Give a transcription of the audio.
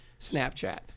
Snapchat